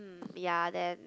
um ya then